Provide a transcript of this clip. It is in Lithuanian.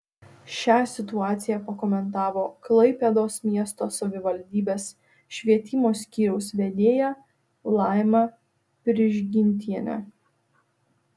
šią situaciją pakomentavo klaipėdos miesto savivaldybės švietimo skyriaus vedėja laima prižgintienė